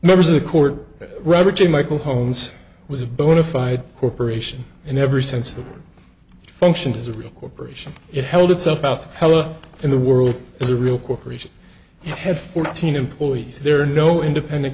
members of the court robert j michael holmes was a bona fide corporation and ever since the function is a real corporation it held itself out hello in the world as a real corporation it had fourteen employees there are no independent